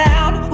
out